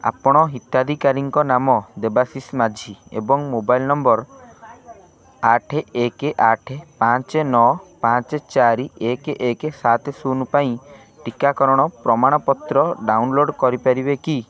ଆପଣ ହିତାଧିକାରୀଙ୍କ ନାମ ଦେବାଶିଷ୍ ମାଝୀ ଏବଂ ମୋବାଇଲ୍ ନମ୍ବର୍ ଆଠ ଏକ ଆଠ ପାଞ୍ଚ ନଅ ପାଞ୍ଚ ଚାରି ଏକ ଏକ ସାତ ଶୂନ ପାଇଁ ଟିକାକରଣ ପ୍ରମାଣପତ୍ର ଡ଼ାଉନ୍ଲୋଡ଼୍ କରିପାରିବେ କି